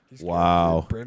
wow